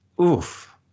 oof